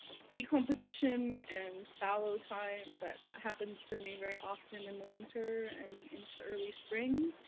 decomposition and follow time that happens for me very often in the winter and into early spring,